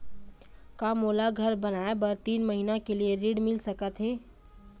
का मोला घर बनाए बर तीन महीना के लिए ऋण मिल सकत हे?